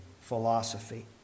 philosophy